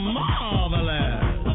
marvelous